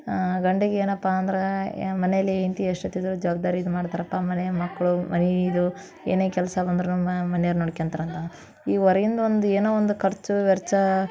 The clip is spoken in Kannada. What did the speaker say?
ಗಂಡಗೆ ಏನಪ್ಪ ಅಂದ್ರೆ ಎ ಮನೆಯಲ್ಲಿ ಹೆಂಡ್ತಿ ಜಾವಾಬ್ದಾರಿ ಇಂದು ಮಾಡ್ತಾರಪ್ಪ ಮನೆ ಮಕ್ಕಳು ಮರಿ ಇದು ಏನೇ ಕೆಲಸ ಬಂದ್ರೂ ಮನೆವ್ರು ನೋಡ್ಕೊಂತಾರೆ ಅಂತ ಈ ಹೊಂರ್ಗಿಂದು ಒಂದು ಏನೋ ಒಂದು ಖರ್ಚು ವೆಚ್ಚ